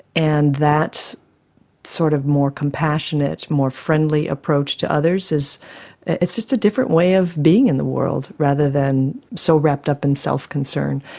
and that sort of more compassionate, more friendly approach to others is just a different way of being in the world rather than so wrapped up in self-concern.